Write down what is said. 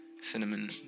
cinnamon